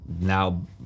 now